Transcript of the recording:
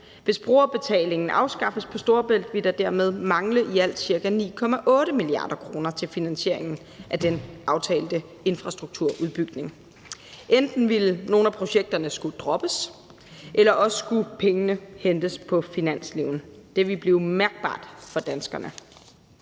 Hvis brugerbetalingen afskaffes på Storebælt, vil der dermed mangle i alt cirka 9,8 mia. kr. til finansieringen af den aftalte infrastrukturudbygning. Enten ville nogle af projekterne skulle droppes, eller også skulle pengene hentes på finansloven. Det ville blive mærkbart for danskerne.